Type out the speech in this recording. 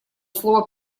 слово